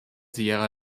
sierra